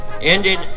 ended